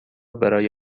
برای